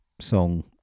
song